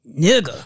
Nigga